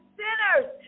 sinners